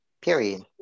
Period